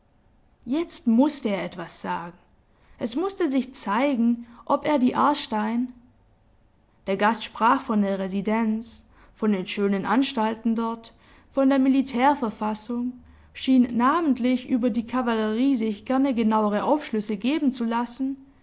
jetzt mußte er etwas sagen es mußte sich zeigen ob er die aarstein der gast sprach von der residenz von den schönen anstalten dort von der militärverfassung schien namentlich über die kavallerie sich gerne genauere aufschlüsse geben zu lassen